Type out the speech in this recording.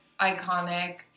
iconic